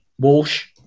Walsh